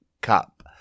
Cup